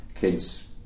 kids